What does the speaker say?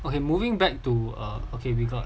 okay moving back to err okay we got